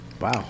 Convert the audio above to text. Wow